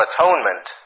Atonement